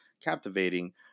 captivating